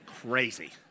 Crazy